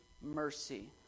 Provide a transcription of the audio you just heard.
mercy